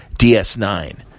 DS9